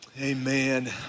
Amen